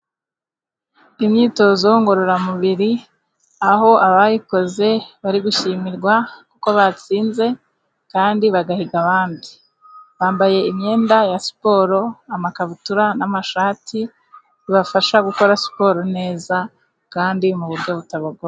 Imyitozo ngororamubiri aho abayikoze bari gushimirwa kuko batsinze, kandi bagahiga abandi. Bambaye imyenda ya siporo: amakabutura n'amashati bibafasha gukora siporo neza, kandi mu buryo butabagoye.